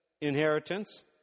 inheritance